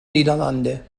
niederlande